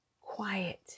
quiet